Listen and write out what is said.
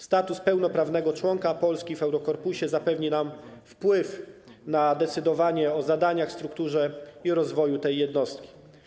Status pełnoprawnego członka Polski w Eurokorpusie zapewni nam wpływ na decydowanie o zadaniach, strukturze i rozwoju tej jednostki.